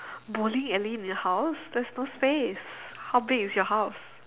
bowling alley in your house there's no space how big is your house